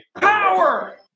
power